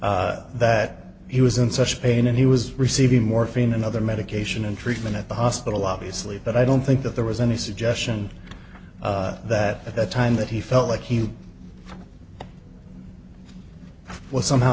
that he was in such pain and he was receiving morphine and other medication and treatment at the hospital obviously but i don't think that there was any suggestion that at the time that he felt like he was somehow